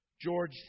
George